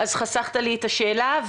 חסכת לי את השאלה.